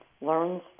learns